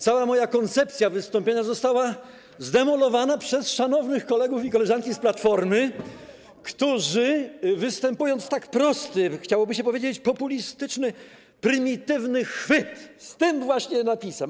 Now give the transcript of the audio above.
Cała moja koncepcja wystąpienia została zdemolowana przez szanownych kolegów i koleżanki z Platformy, którzy wystąpili z tak prostym, chciałoby się powiedzieć: populistycznym, prymitywnym chwytem, z tym właśnie napisem.